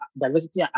diversity